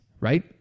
right